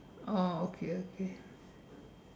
oh okay okay